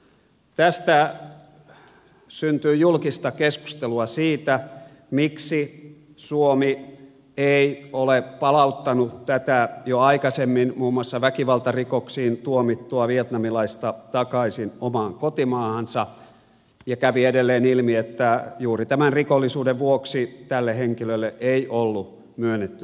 tästä syntyi julkista keskustelua siitä miksi suomi ei ole palauttanut tätä jo aikaisemmin muun muassa väkivaltarikoksista tuomittua vietnamilaista takaisin omaan kotimaahansa ja kävi edelleen ilmi että juuri tämän rikollisuuden vuoksi tälle henkilölle ei ollut myönnetty suomen kansalaisuutta